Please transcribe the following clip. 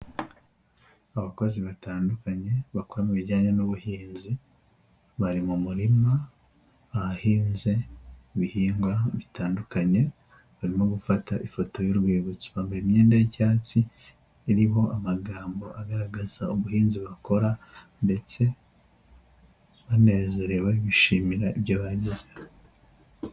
Abakozi batandukanye, bakora mu ibijyanye n'ubuhinzi, bari mu murima ahahinze ibihingwa bitandukanye, barimo gufata ifoto y'urwibutso, bambaye imyenda y'icyatsi iriho amagambo agaragaza uburinzi bakora ndetse banezerewe bishimira ibyo bagizeho.